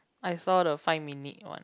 I saw the five minute one